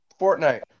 Fortnite